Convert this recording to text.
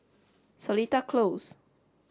Seletar Close